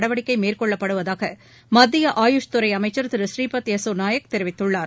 நடவடிக்கை மேற்கொள்ளப்படுவதாக மத்திய ஆயுஷ் துறை அமைச்சர் திரு ப்ரீபத் யசோ நாயக் தெரிவித்துள்ளார்